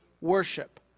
worship